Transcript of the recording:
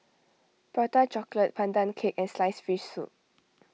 Prata Chocolate Pandan Cake and Sliced Fish Soup